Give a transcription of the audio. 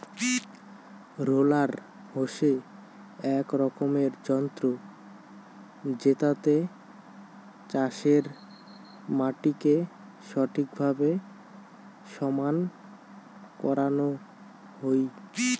roller হসে এক রকমের যন্ত্র জেতাতে চাষের মাটিকে ঠিকভাবে সমান বানানো হই